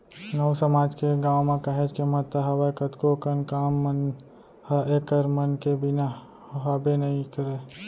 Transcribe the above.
नाऊ समाज के गाँव म काहेच के महत्ता हावय कतको कन काम मन ह ऐखर मन के बिना हाबे नइ करय